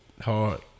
Hard